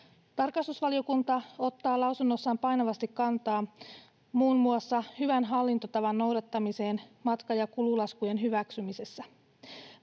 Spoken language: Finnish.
Tarkastusvaliokunta ottaa lausunnossaan painavasti kantaa muun muassa hyvän hallintotavan noudattamiseen matka- ja kululaskujen hyväksymisessä.